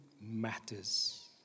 matters